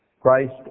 Christ